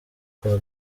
kuwa